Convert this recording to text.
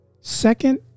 Second